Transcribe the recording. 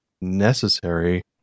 necessary